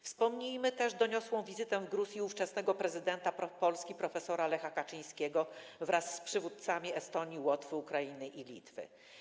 Wspomnijmy też doniosłą wizytę w Gruzji ówczesnego prezydenta Polski prof. Lecha Kaczyńskiego wraz z przywódcami Estonii, Łotwy, Ukrainy i Litwy.